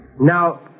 Now